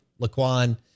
Laquan